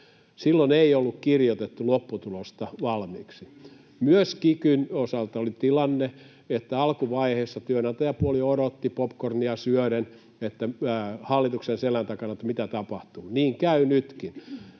Silloin ei ollut kirjoitettu lopputulosta valmiiksi. Myös kikyn osalta oli tilanne, että alkuvaiheessa työnantajapuoli odotti hallituksen selän takana popcornia syöden, mitä tapahtuu. Niin käy nytkin: